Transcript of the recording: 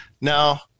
Now